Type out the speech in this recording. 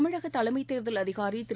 தமிழக தலைமைத் தேர்தல் அதிகாரி திரு